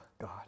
God